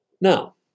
Now